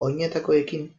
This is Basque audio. oinetakoekin